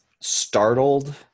startled